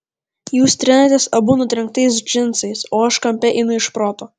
jūs trinatės abu nudrengtais džinsais o aš kampe einu iš proto